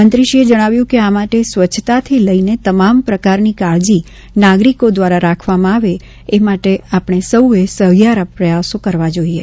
મંત્રીશ્રીએ જણાવ્યું કે આ માટે સ્વસ્છતાથી લઈને તમામ પ્રકારની કાળજી નાગરિકો દ્વારા રાખવામાં આવે એ માટે આપણે સૌએ સહિયારા પ્રયાસો કરવા જોઈએ